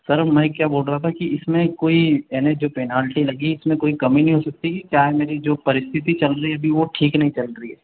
sir मैं क्या बोल रहा था कि इसमें कोई यानि जो पेनल्टी लगी इसमें कोई कमी नहीं हो सकती क्या है मेरी जो परस्तिथि चल रही अभी वो ठीक नहीं चल रही है